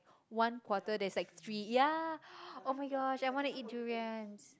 one quarter there's like three ya oh-my-god I want to eat durians